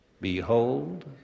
Behold